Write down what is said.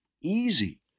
easy